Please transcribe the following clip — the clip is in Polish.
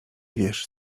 wiesz